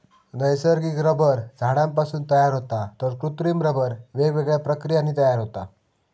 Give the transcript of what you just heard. नैसर्गिक रबर झाडांपासून तयार होता तर कृत्रिम रबर वेगवेगळ्या प्रक्रियांनी तयार होता